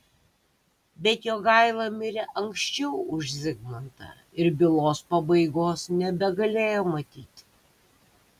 bet jogaila mirė anksčiau už zigmantą ir bylos pabaigos nebegalėjo matyti